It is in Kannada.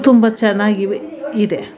ತುಂಬ ಚೆನ್ನಾಗಿವೆ ಇದೆ